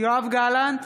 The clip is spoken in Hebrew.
יואב גלנט,